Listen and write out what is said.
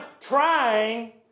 trying